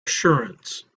assurance